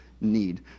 need